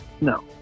No